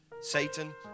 Satan